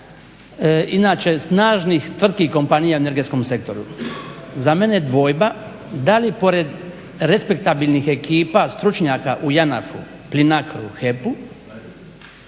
inače snažnih tvrtki i kompanija u energetskom sektoru. Za mene je dvojba da li pored respektabilnih ekipa stručnjaka u JANAF-u, PLINACRO-u, HEP-u,